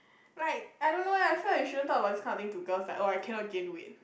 like I don't know eh I feel like you shouldn't talk about this kind of things to girls like oh I cannot gain weight